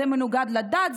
זה מנוגד לדת,